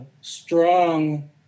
strong